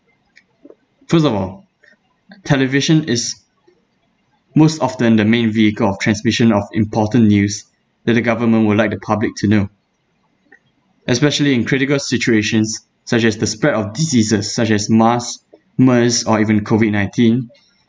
first of all television is most often the main vehicle of transmission of important news that the government would like the public to know especially in critical situations such as the spread of diseases such as MRSA MERS or even COVID-nineteen